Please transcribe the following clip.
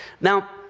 Now